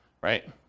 right